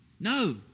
No